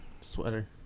sweater